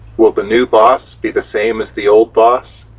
will the new boss be the same as the old boss?